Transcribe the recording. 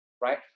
right